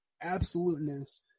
absoluteness